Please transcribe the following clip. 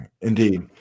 Indeed